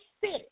city